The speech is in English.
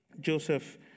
Joseph